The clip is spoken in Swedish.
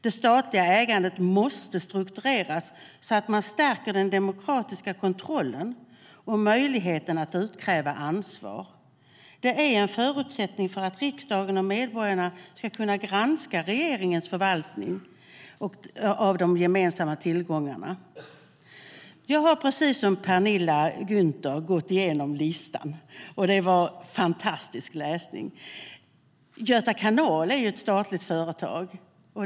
Det statliga ägandet måste struktureras så att man stärker den demokratiska kontrollen och möjligheten att utkräva ansvar. Det är en förutsättning för att riksdagen och medborgarna ska kunna granska regeringens förvaltning av de gemensamma tillgångarna. Jag har, precis som Penilla Gunther, gått igenom listan. Och det var fantastisk läsning. Göta kanal är ett statligt företag.